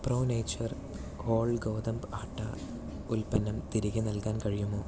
pro nature whole ഗോതമ്പ് ആട്ട ഉൽപ്പന്നം തിരികെ നൽകാൻ കഴിയുമോ